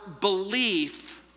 belief